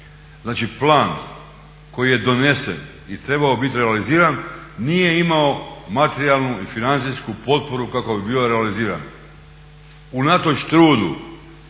Znači, plan koji je donesen i trebao biti realiziran nije imao materijalnu i financijsku potporu kako bi bio realiziran. Unatoč trudu